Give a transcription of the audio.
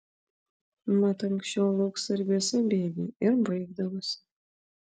mat anksčiau lauksargiuose bėgiai ir baigdavosi